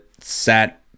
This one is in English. sat